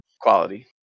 quality